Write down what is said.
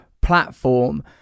platform